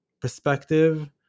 perspective